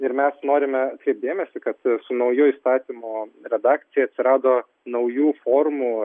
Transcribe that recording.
ir mes norime dėmesį kad su nauju įstatymu redakcijoj atsirado naujų formų